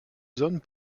zone